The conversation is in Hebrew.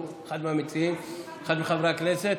הוא אחד המציעים, אחד מחברי הכנסת.